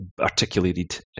articulated